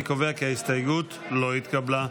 אני קובע כי ההסתייגות לא התקבלה.